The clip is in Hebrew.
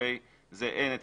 שלגבי זה אין.